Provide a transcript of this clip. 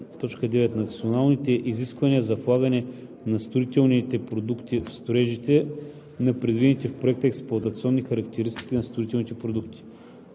националните изисквания за влагане на строителните продукти в строежите на предвидените в проекта експлоатационни характеристики на строителните продукти;“.